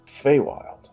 Feywild